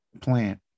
plant